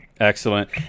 Excellent